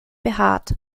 behaart